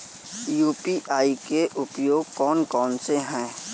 UPI के उपयोग कौन कौन से हैं?